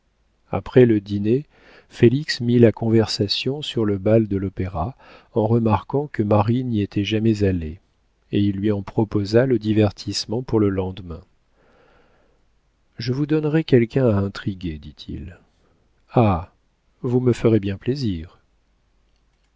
après le dîner félix mit la conversation sur le bal de l'opéra en remarquant que marie n'y était jamais allée et il lui en proposa le divertissement pour le lendemain je vous donnerai quelqu'un à intriguer dit-il ah vous me ferez bien plaisir